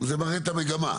זה מרים את המגמה.